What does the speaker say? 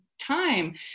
time